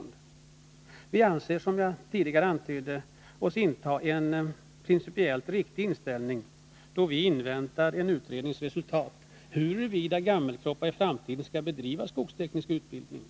Som jag antydde tidigare anser vi oss ha en principiellt riktig inställning, då vi vill invänta en utrednings resultat när det gäller huruvida Gammelkroppa i framtiden skall bedriva skogsteknisk utbildning